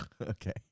Okay